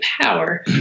power